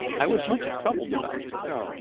i was much troubled about this.